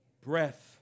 Breath